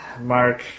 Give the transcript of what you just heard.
Mark